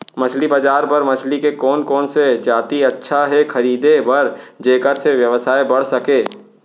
मछली बजार बर मछली के कोन कोन से जाति अच्छा हे खरीदे बर जेकर से व्यवसाय बढ़ सके?